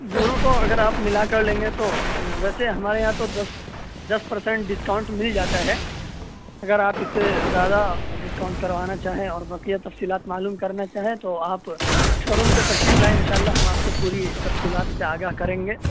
دونوں کو اگر آپ ملا کر لیں گے تو ویسے ہمارے یہاں تو دس پر سینٹ ڈسکاؤنٹ مل جاتا ہے اگر آپ اس سے زیادہ ڈسکاؤنٹ کروانا چاہیں اور بقیہ تفصیلات معلوم کرنا چاہیں تو آپ شو روم پہ تشریف لائیں انشاء اللہ ہم آپ کو پوری تفصیلات سے آگاہ کریں گے